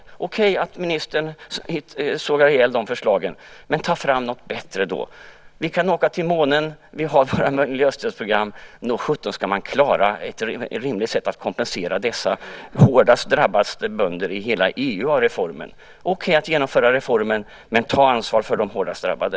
Det är okej att ministern sågar dessa förlag, men ta då fram något bättre! Vi kan åka till månen. Vi har våra miljöstödsprogram. Nog sjutton borde man klara ett rimligt sätt att kompensera dessa hårdast drabbade bönder i hela EU. Det är okej att genomföra reformen, men ta ansvar för de hårdast drabbade!